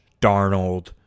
Darnold